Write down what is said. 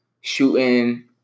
shooting